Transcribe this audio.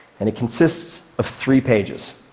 and it consists of three pages.